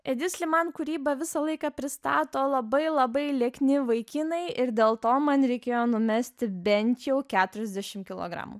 edi sliman kūryba visą laiką pristato labai labai liekni vaikinai ir dėl to man reikėjo numesti bent jau keturiasdešim kilogramų